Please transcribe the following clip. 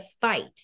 fight